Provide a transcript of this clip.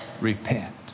repent